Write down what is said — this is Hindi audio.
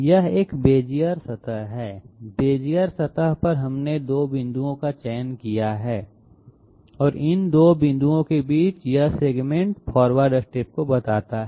यह एक बेज़ियर सतह है बेज़ियर सतह पर हमने दो बिंदुओं का चयन किया है और इन 2 बिंदुओं के बीच यह सेगमेंट फॉरवर्ड स्टेप को बताता है